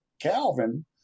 Calvin